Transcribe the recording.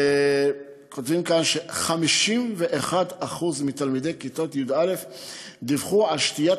כותבים כאן ש-51% מתלמידי כיתות י"א דיווחו על שתיית